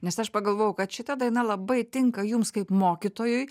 nes aš pagalvojau kad šita daina labai tinka jums kaip mokytojui